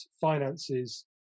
finances